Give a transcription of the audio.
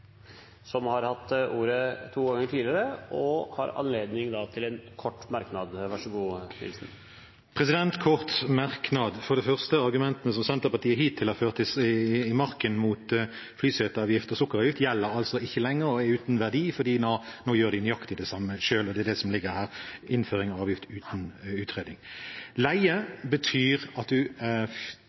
Nilsen har hatt ordet to ganger tidligere og har anledning til en kort merknad, begrenset til 1 minutt. En kort merknad. For det første: Argumentene som Senterpartiet hittil har ført i marken mot flyseteavgift og sukkeravgift, gjelder altså ikke lenger og er uten verdi, fordi nå gjør de nøyaktig det samme selv. Det er det som ligger her i innføring av avgift uten utredning. Leie betyr at